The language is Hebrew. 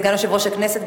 סגן יושב-ראש הכנסת,